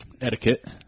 etiquette